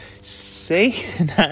Satan